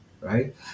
right